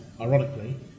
ironically